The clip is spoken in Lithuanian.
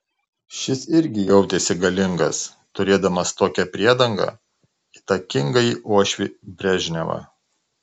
šis irgi jautėsi galingas turėdamas tokią priedangą įtakingąjį uošvį brežnevą